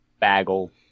Bagel